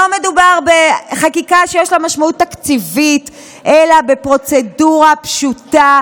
לא מדובר בחקיקה שיש לה משמעות תקציבית אלא בפרוצדורה פשוטה,